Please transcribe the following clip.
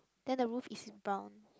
then the roof is in brown